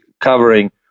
covering